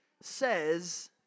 says